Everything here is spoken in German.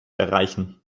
erreichen